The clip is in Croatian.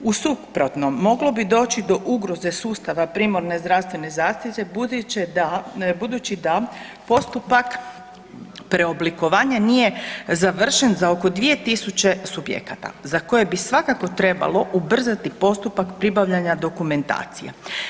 U suprotnom moglo bi doći do ugroze sustava primarne zdravstvene zaštite budući da postupak preoblikovanja nije završen za oko 2000 subjekata za koje bi svakako trebalo ubrzati postupak pribavljanja dokumentacije.